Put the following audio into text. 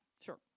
Sure